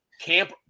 Camp